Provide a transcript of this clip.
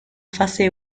fase